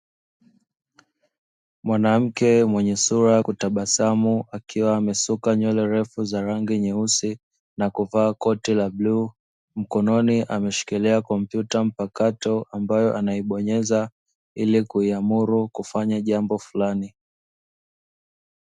Mwanamke mwenye sura ya kutabasamu, akiwa amesuka nywele refu za rangi nyeusi na kuvaa koti la bluu mkononi ameshikilia kompyuta mpakato ambayo anaibonyeza, ili kuiamuru kufanya jambo flani.